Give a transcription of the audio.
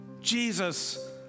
Jesus